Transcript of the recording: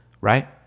right